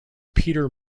peter